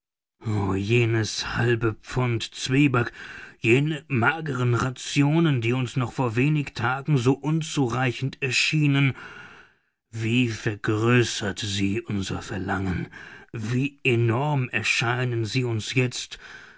jenes halbe pfund zwieback jene mageren rationen die uns noch vor wenig tagen so unzureichend erschienen wie vergrößert sie unser verlangen wie enorm erscheinen sie uns jetzt